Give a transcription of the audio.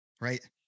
right